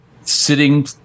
sitting